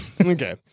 Okay